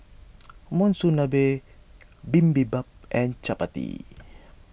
Monsunabe Bibimbap and Chapati